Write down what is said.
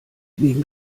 wegen